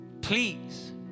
please